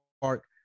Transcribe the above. Park